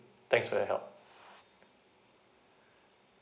thanks for your help